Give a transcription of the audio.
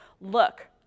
look